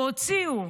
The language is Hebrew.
והוציאו,